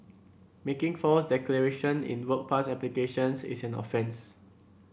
making false declaration in work pass applications is an offence